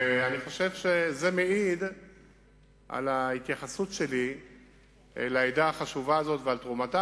אני חושב שזה מעיד על ההתייחסות שלי לעדה החשובה הזו ועל תרומתה,